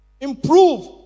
improve